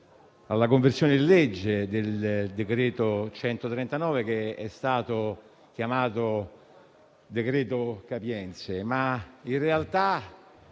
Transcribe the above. alla conversione in legge del decreto-legge n. 139, che è stato chiamato decreto capienze, ma in realtà